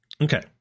Okay